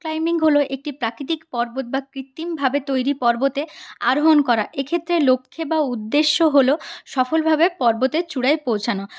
rock climbing হল একটি প্রাকৃতিক পর্বত বা কৃত্রিমভাবে তৈরি পর্বতে আরোহণ করা এক্ষেত্রে লক্ষ্যে বা উদ্দেশ্য হল সফলভাবে পর্বতের চূড়ায় পৌঁছোনো